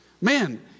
Man